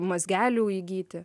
mazgelių įgyti